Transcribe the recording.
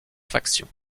factions